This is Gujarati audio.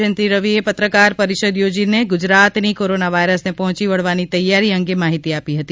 જયંતિ રવીએ પત્રકાર પરિષદ યોજીને ગુજરાતની કોરાના વાયરસને પહોંચી વળવાની તૈયારી અંગે માહિતી આપી હતી